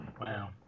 Wow